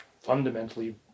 fundamentally